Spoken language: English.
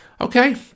Okay